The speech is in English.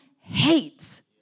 hates